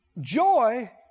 Joy